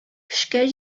көчкә